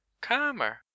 calmer